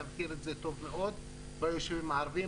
אתה מכיר את זה טוב מאוד ביישובים הערבים.